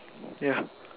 yeah